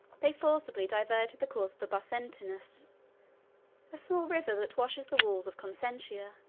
they forcibly diverted the course of the busentinus, a small river that washes the walls of consentia.